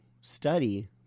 study